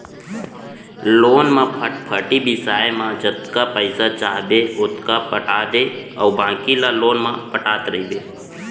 loan म फटफटी बिसाए म जतका पइसा चाहबे ओतका पटा दे अउ बाकी ल लोन म पटात रइबे